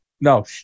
No